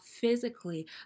physically